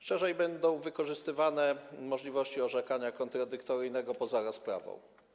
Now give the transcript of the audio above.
Szerzej będą wykorzystywane możliwości orzekania kontradyktoryjnego poza rozprawą.